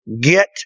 get